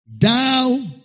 Thou